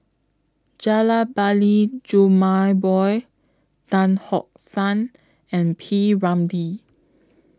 Rajabali Jumabhoy Tan Tock San and P Ramlee